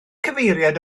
cyfeiriad